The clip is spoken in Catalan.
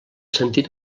sentint